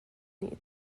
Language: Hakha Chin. nih